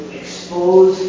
expose